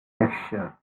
texture